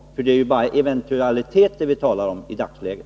Det är ju bara eventualiteter vi talar om i dagsläget.